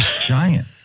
Giant